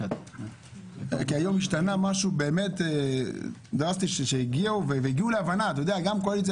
כי היום השתנה משהו, כי הגיעו להבנה קואליציה